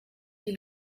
die